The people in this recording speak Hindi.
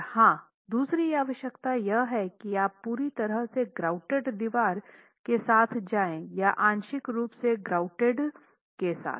और हां दूसरी आवश्यकता यह है कि आप पूरी तरह से ग्राउटेड दीवार के साथ जाएंगे या आंशिक रूप से ग्राउटेड के साथ